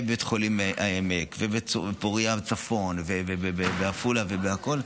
בבית חולים העמק, בפוריה בצפון, בעפולה ובהכול.